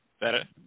Better